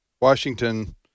Washington